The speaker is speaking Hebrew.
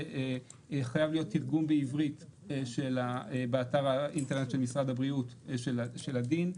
חייב להיות תרגום לעברית באתר האינטרנט של משרד הבריאות של הדין.